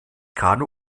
kanu